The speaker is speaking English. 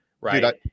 Right